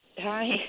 Hi